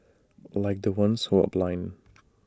like the ones who are blind